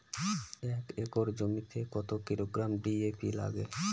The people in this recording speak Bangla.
এক একর জমিতে কত কিলোগ্রাম ডি.এ.পি লাগে?